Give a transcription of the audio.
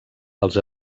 els